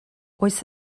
oes